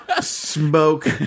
smoke